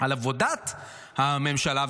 על עבודת הממשלה,